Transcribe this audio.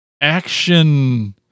action